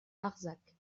arsac